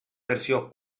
versió